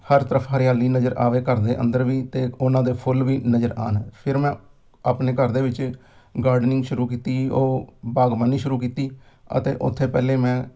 ਹਰ ਤਰਫ਼ ਹਰਿਆਲੀ ਨਜ਼ਰ ਆਵੇ ਘਰ ਦੇ ਅੰਦਰ ਵੀ ਅਤੇ ਉਹਨਾਂ ਦੇ ਫੁੱਲ ਵੀ ਨਜ਼ਰ ਆਉਣ ਫਿਰ ਮੈਂ ਆਪਣੇ ਘਰ ਦੇ ਵਿੱਚ ਗਾਰਡਨਿੰਗ ਸ਼ੁਰੂ ਕੀਤੀ ਉਹ ਬਾਗਬਾਨੀ ਸ਼ੁਰੂ ਕੀਤੀ ਅਤੇ ਉੱਥੇ ਪਹਿਲਾਂ ਮੈਂ